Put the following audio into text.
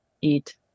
eat